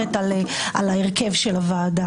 על שיקול דעת של מידתיות הפגיעה בזכויות,